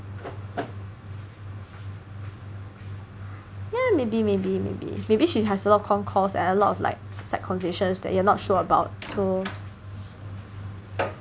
ya maybe maybe maybe maybe she has a lot of concourse at a lot of like set conditions that you're not sure about so